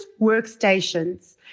workstations